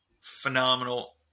phenomenal